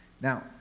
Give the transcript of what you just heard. now